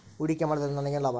ಹೂಡಿಕೆ ಮಾಡುವುದರಿಂದ ನನಗೇನು ಲಾಭ?